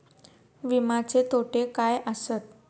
विमाचे तोटे काय आसत?